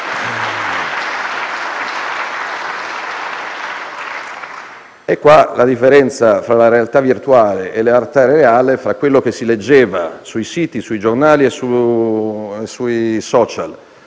nota la differenza tra la realtà virtuale e la realtà reale, tra quello che si leggeva sui siti Internet, sui giornali e sui *social*